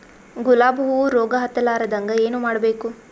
ಗುಲಾಬ್ ಹೂವು ರೋಗ ಹತ್ತಲಾರದಂಗ ಏನು ಮಾಡಬೇಕು?